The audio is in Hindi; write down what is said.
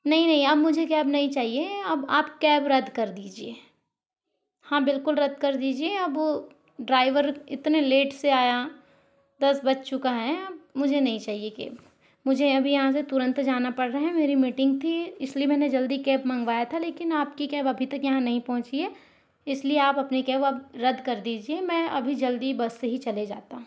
नहीं नहीं अब मुझे कैब नहीं चाहिए अब आप कैब रद्द कर दीजिए हाँ बिलकुल रद्द कर दीजिए वो ड्राइवर कितने लेट से आया दस बज चुका है अब मुझे नहीं चाहिए कैब मुझे अभी यहाँ से तुरंत जाना पड़ रहा है मेरी मीटिंग थी इसीलिए मैंने जल्दी कैब मनवाया था लेकिन आपकी कैब अभी तक यहाँ नहीं पहुँची है इसीलिए आप अपनी कैब अब रद्द कर दीजिए मैं अभी जल्दी बस से ही चली जाती हूँ